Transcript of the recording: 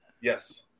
Yes